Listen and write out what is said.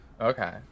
Okay